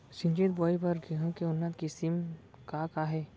सिंचित बोआई बर गेहूँ के उन्नत किसिम का का हे??